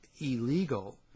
illegal